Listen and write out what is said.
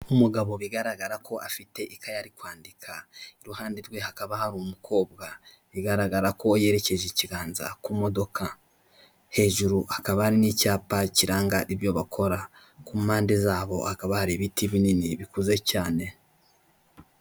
Umugabo bigaragara ko afite ikaya ari kwandika, iruhande rwe hakaba hari umukobwa bigaragara ko yerekeje ikiganza ku modoka hejuru, hakaba hari n'icyapa kiranga ibyo bakora ku mpande zabo hakaba hari ibiti binini bikuze cyane.